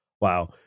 Wow